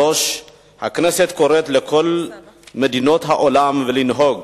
3. הכנסת קוראת לכל מדינות העולם לנהוג